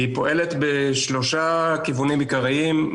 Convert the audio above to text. היא פועלת בשלושה כיוונים עיקריים,